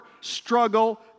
struggle